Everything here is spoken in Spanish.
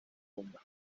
bomba